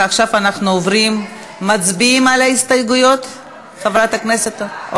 עכשיו, מצביעים על ההסתייגויות, חברת הכנסת?